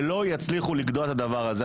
ולא יצליחו לגדוע את הדבר הזה.